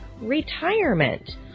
retirement